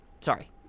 Sorry